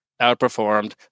outperformed